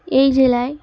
এই জেলায়